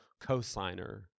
cosigner